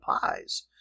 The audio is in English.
pies